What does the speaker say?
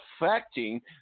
affecting